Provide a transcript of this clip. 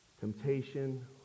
Temptation